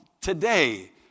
today